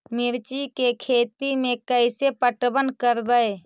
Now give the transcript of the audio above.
मिर्ची के खेति में कैसे पटवन करवय?